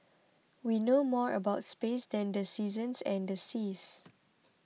we know more about space than the seasons and the seas